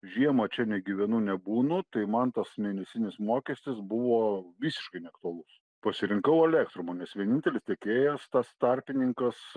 žiemą čia negyvenu nebūnu tai man tas mėnesinis mokestis buvo visiškai neaktualus pasirinkau elektrumą nes vienintelis tiekėjas tas tarpininkas